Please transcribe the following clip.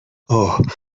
اوه